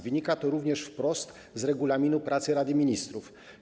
Wynika to również z regulaminu pracy Rady Ministrów.